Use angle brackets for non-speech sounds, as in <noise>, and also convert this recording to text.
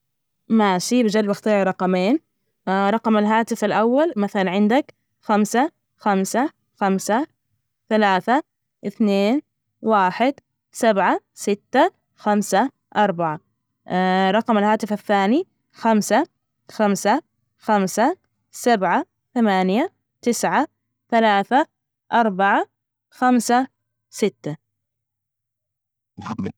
ماشي بجرب أختارلى رقمين، رقم الهاتف الأول مثلا عندك خمسة، خمسة، خمسة، ثلاثة، اثنين، واحد، سبعة، ستة، خمسة، اربعة، <hesitation> رقم الهاتف الثاني خمسة، خمسة، خمسة، سبعة، ثمانية، تسعة، ثلاثة، اربعة، خمسة، ستة. <unintelligible>